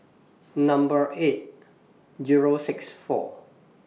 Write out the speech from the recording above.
Number eight Zero six four